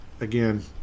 again